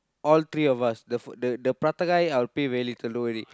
all three of us the f~ the the prata guy I will pay very little don't worry